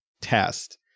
test